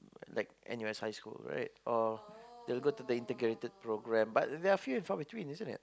like N_U_S-high-school right or they will go to the integrated program but there are a few from in between isn't it